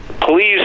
please